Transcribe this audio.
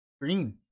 Green